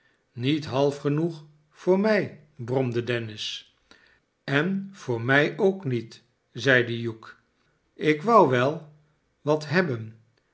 niet half genoeg voor mij bromde dennis en voor mij ook niet riep hugh ik wou wel wat hebben